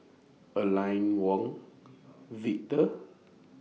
Aline Wong Victor